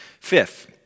Fifth